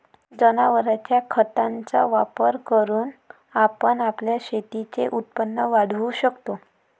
जनावरांच्या खताचा वापर करून आपण आपल्या शेतीचे उत्पन्न वाढवू शकतो